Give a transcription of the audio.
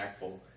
impactful